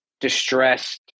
distressed